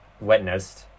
witnessed